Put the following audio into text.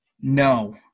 no